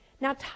Now